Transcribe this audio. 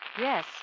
Yes